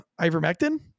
Ivermectin